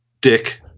Dick